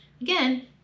Again